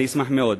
אשמח מאוד.